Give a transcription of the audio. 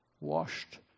washed